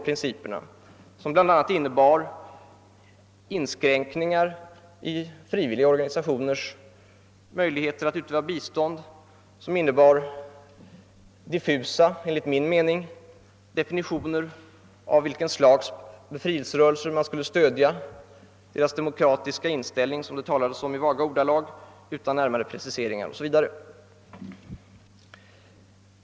Principerna innebar bl.a. inskränkningar 1 frivilliga organisationers möjligheter att utöva bistånd, de innehöll enligt min mening mycket diffusa definitioner av vilket slags befrielserörelser man skulle stödja — deras demokratiska inställning, som det talades om i vaga ordalag utan närmare preciseringar — 0. s. V.